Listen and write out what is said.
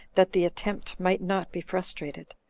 that the attempt might not be frustrated,